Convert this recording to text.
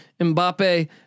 Mbappe